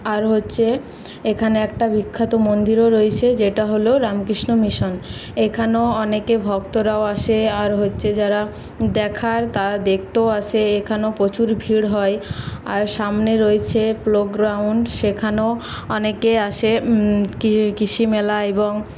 আর হচ্ছে এখানে একটা বিখ্যাত মন্দিরও রয়েছে যেটা হলো রামকৃষ্ণ মিশন এখানেও অনেকে ভক্তরাও আসে আর হচ্ছে যারা দেখার তারা দেখতেও আসে এখানেও প্রচুর ভিড় হয় আর সামনে রয়েছে প্লে গ্রাউন্ড সেখানেও অনেকে আসে কি কৃষিমেলা এবং